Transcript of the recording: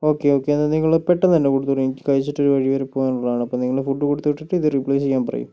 okay okay എന്നാൽ നിങ്ങൾ പെട്ടെന്ന് തന്നെ കൊടുത്തു വിടൂ എനിക്ക് കഴിച്ചിട്ട് ഒരു വഴി വരെ പോകാനുള്ളതാണ് നിങ്ങൾ ഫുഡ് കൊടുത്തു വിട്ടിട്ട് ഇത് റിപ്ലൈ ചെയ്യാൻ പറയു